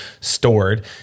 stored